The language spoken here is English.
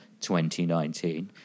2019